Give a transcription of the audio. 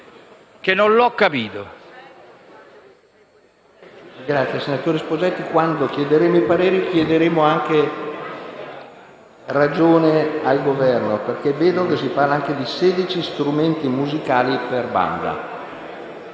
non l'ho capito.